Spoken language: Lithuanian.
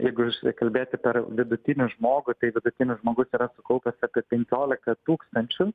jeigu iš v kalbėti per vidutinį žmogų tai vidutinis žmogus yra sukaupęs apie penkioliką tūkstančių